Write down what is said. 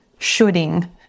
shoulding